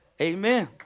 Amen